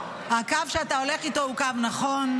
הקו שאתה הולך איתו הוא קו נכון.